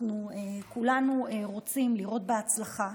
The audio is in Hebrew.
אנחנו כולנו רוצים לראות בה הצלחה,